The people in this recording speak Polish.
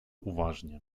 uważnie